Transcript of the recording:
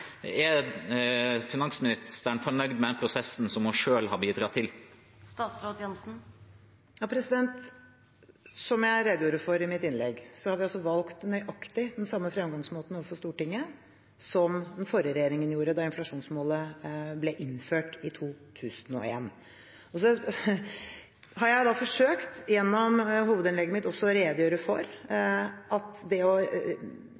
Er finansministeren fornøyd med den prosessen som hun selv har bidratt til? Som jeg redegjorde for i mitt innlegg, har vi valgt nøyaktig den samme fremgangsmåten overfor Stortinget som den forrige regjeringen valgte da inflasjonsmålet ble innført, i 2001. Så har jeg forsøkt gjennom hovedinnlegget mitt å redegjøre for at det å